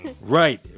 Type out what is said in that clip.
Right